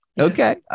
Okay